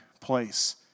place